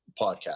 podcast